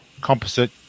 composite